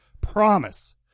Promise